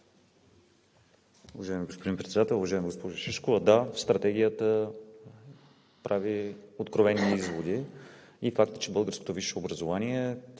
Уважаеми господин Председател! Уважаема госпожо Шишкова, да, Стратегията прави откровени изводи и фактът, че българското висше образование,